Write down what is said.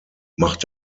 macht